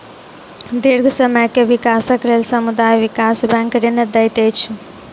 दीर्घ समय के विकासक लेल समुदाय विकास बैंक ऋण दैत अछि